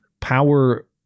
power